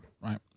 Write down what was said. Right